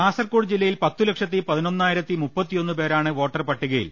കാസർകോട് ജില്ലയിൽ പത്തു ലക്ഷത്തി പതിനൊന്നായിരത്തി മുപ്പത്തിയൊന്ന് പേരാണ് വോട്ടർ പട്ടികയിൽ